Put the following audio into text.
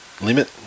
limit